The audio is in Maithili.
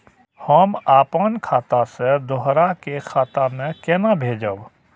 हम आपन खाता से दोहरा के खाता में केना भेजब?